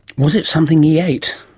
was it something he ate?